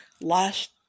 Last